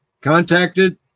contacted